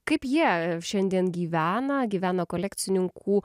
kaip jie šiandien gyvena gyvena kolekcininkų